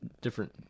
different